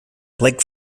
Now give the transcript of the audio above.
blake